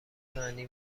معنی